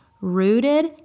rooted